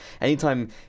anytime